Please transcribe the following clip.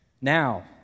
Now